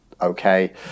okay